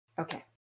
Okay